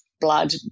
blood